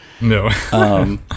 No